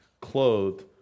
clothed